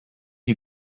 you